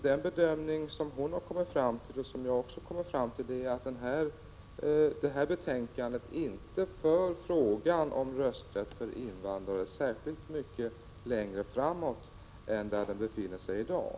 Den bedömning som hon har kommit fram till, och som jag också kommer fram till, är att det här betänkandet inte för frågan om rösträtt för invandrare särskilt mycket längre framåt än där den befinner sig i dag.